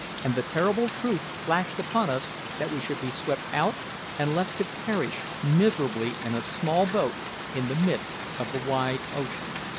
and the terrible truth flashed upon us that we should be swept out and left to perish miserably in a small boat in the midst of the wide ocean.